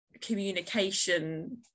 communication